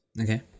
Okay